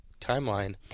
timeline